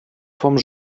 vom